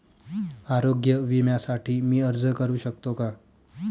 आरोग्य विम्यासाठी मी अर्ज करु शकतो का?